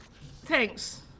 thanks